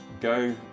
go